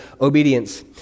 obedience